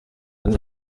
neza